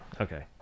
Okay